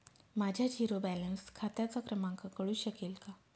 माझ्या zero balance खात्याचा क्रमांक कळू शकेल का?